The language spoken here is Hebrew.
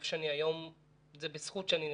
ואיפה שאני היום הוא בזכות שאני נלחם,